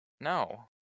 No